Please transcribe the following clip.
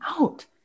out